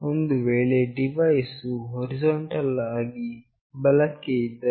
ಒಂದು ವೇಳೆ ಡಿವೈಸ್ ವು ಹೊರಿಜಾಂಟಲ್ ಆಗಿ ಬಲಕ್ಕೆ ಇದ್ದರೆ